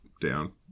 down